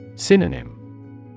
Synonym